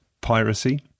piracy